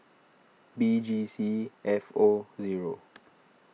B G C F O zero